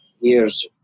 years